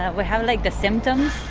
ah we have like the symptoms.